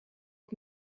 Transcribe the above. het